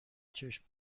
چشم